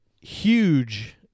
huge